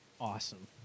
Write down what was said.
awesome